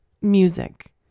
music